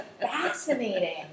fascinating